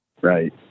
right